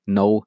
no